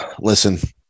Listen